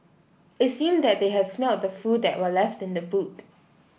it seemed that they had smelt the food that were left in the boot